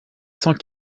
cent